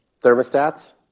thermostats